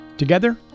Together